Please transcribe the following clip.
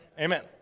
Amen